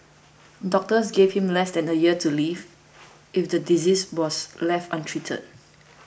doctors gave him less than a year to live if the disease was left untreated